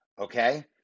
Okay